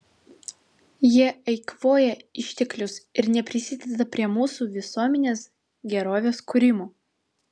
jie eikvoja išteklius ir neprisideda prie mūsų visuomenės gerovės kūrimo